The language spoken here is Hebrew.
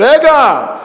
רגע.